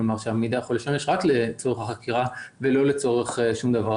כלומר הוא יודע שהמידע יכול לשמש רק לצורך החקירה ולא לשום צורך אחר.